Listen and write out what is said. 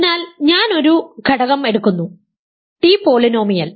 അതിനാൽ ഞാൻ ഒരു ഘടകം എടുന്നു ടി പോളിനോമിയൽ